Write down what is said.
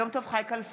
יום טוב חי כלפון,